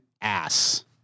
ass